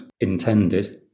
intended